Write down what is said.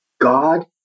God